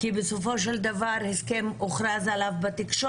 כי הוכרז על ההסכם בתקשורת,